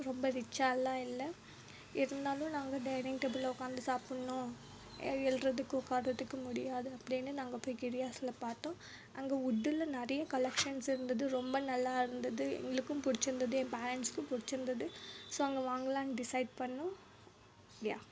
ரொம்ப ரிச்சாகலாம் இல்லை இருந்தாலும் நாங்கள் டைனிங் டேபுளில் உட்காந்து சாப்பிடுணும் எழுறதுக்கு உட்காறதுக்கு முடியாது அப்படினு நாங்கள் போய் கிரியாஸில் பார்த்தோம் அங்கே வுட்டில் நிறைய கலெக்சன்ஸ் இருந்தது ரொம்ப நல்லாயிருந்தது எங்களுக்கும் பிடிச்சிருந்தது என் பேரண்ட்ஸுக்கு பிடிச்சிருந்தது ஸோ அங்கே வாங்கலாம்னு டிசைட் பண்ணோம் யா